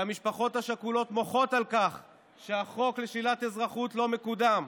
שהמשפחות השכולות מוחות על כך שהחוק לשלילת אזרחות לא מקודם.